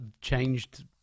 changed